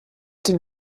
den